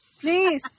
please